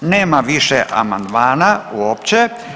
Nema više amandmana uopće.